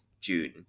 june